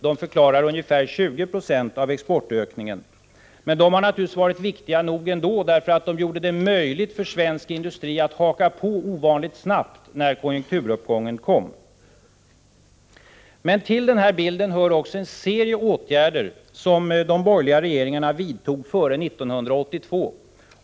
De förklarar ungefär 20 90 av exportökningen. De har naturligtvis varit viktiga nog ändå, för de gjorde det möjligt för svensk industri att haka på ovanligt snabbt när konjunkturuppgången kom. Till bilden hör också en serie åtgärder som de borgerliga regeringarna vidtog före 1982.